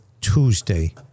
Tuesday